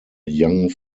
young